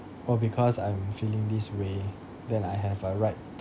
oh because I'm feeling this way than I have a right